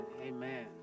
amen